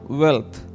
wealth